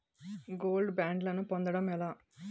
Gold బ్యాండ్లను పొందటం ఎలా?